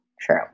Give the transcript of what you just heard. true